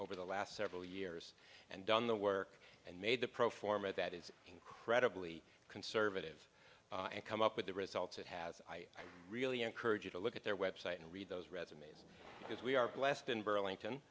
over the last several years and done the work and made the pro forma that is incredibly conservative and come up with the results it has i really encourage you to look at their website and read those resumes because we are blessed in burlington